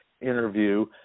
interview